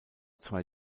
zwei